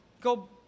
go